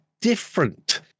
different